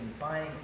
buying